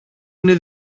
είναι